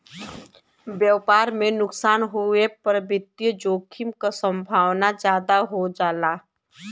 व्यापार में नुकसान होये पर वित्तीय जोखिम क संभावना जादा हो जाला